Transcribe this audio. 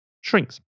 shrinks